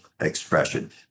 expression